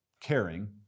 caring